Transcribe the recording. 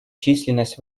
численность